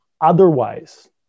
otherwise